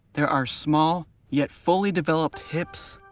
there are small, yet fully developed hips,